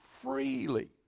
Freely